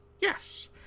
Yes